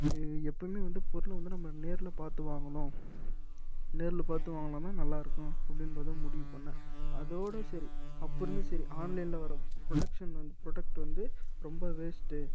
எப்பயுமே வந்து பொருளை வந்து நம்ம நேரில் பார்த்து வாங்கணும் நேரில் பார்த்து வாங்கினாதான் நல்லா இருக்கும் அப்படின்றத முடிவு பண்ணேன் அதோடு சரி அப்போது இருந்து சரி ஆன்லைனில் வர ப்ரோடக்ஷன் வந்து ப்ரோடக்ட் வந்து ரொம்ப வேஸ்ட்டு